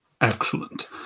Excellent